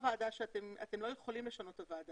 את הוועדה הזאת אתם לא יכולים לשנות.